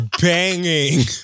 banging